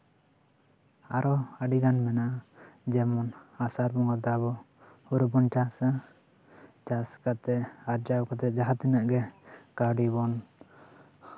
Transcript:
ᱟᱨᱚ ᱟᱹᱰᱤᱜᱟᱱ ᱢᱮᱱᱟᱜᱼᱟ ᱡᱮᱢᱚᱱ ᱟᱥᱟᱲ ᱵᱚᱸᱜᱟ ᱟᱵᱚ ᱦᱳᱲᱳ ᱵᱚᱱ ᱪᱟᱥᱟ ᱪᱟᱥ ᱠᱟᱛᱮᱜ ᱟᱨᱡᱟᱣ ᱠᱟᱛᱮᱜ ᱡᱟᱦᱟᱸ ᱛᱤᱱᱟᱹᱜ ᱜᱮ ᱠᱟᱹᱣᱰᱤ ᱵᱚᱱ